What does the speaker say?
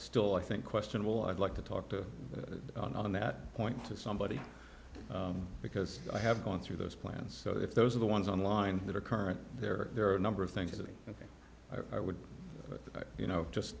still i think questionable i'd like to talk to on that point to somebody because i have gone through those plans so if those are the ones online that are current there are there are a number of things that i would you know just